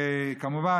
כמובן,